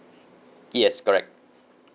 yes correct